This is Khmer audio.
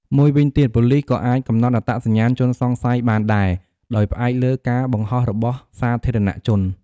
មួយវិញទៀត ប៉ូលិស ក៏អាច កំណត់អត្តសញ្ញាណជនសង្ស័យ បានដែរ ដោយផ្អែកលើ ការបង្ហោះរបស់សាធារណជន